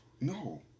No